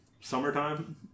Summertime